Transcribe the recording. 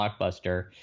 blockbuster